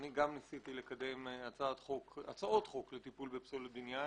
גם אני ניסיתי לקדם הצעות חוק לטיפול בפסולת בניין.